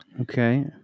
okay